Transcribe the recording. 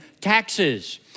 taxes